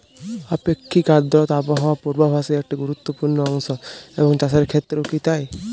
আপেক্ষিক আর্দ্রতা আবহাওয়া পূর্বভাসে একটি গুরুত্বপূর্ণ অংশ এবং চাষের ক্ষেত্রেও কি তাই?